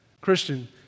Christian